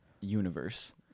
universe